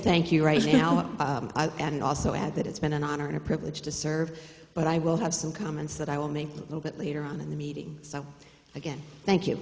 thank you right now and also add that it's been an honor and a privilege to serve but i will have some comments that i will make a little bit later on in the meeting so again thank you